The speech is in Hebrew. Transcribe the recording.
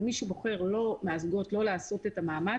ומי מהזוגות שבוחר שלא לעשות את המאמץ,